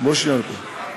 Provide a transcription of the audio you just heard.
בוא שנייה לפה.